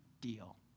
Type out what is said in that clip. deal